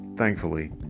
thankfully